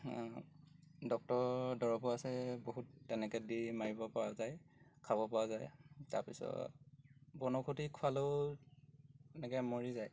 doctor দৰৱো আছে বহুত তেনেকৈ দি মাৰিব পৰা যায় খাব পৰা যায় তাৰপিছত বনৌষধি খোৱালেও এনেকৈ মৰি যায়